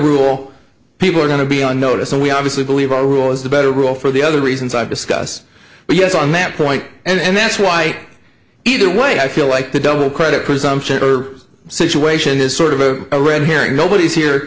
rule people are going to be on notice and we obviously believe our rule is the better rule for the other reasons i discuss but yes on that point and that's why either way i feel like the double credit presumption or situation is sort of a red herring nobody's here